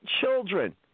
children